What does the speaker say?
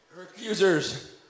accusers